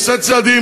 הוא עושה צעדים,